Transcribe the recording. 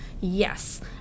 Yes